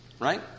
Right